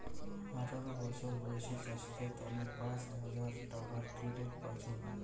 আঠারো বছর বয়সী চাষীদের তন্ন পাঁচ হাজার টাকার ক্রেডিট পাইচুঙ